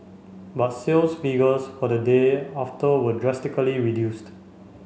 but sales figures for the day after were drastically reduced